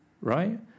Right